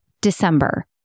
December